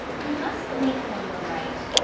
we must make them go right,